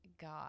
God